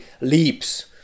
leaps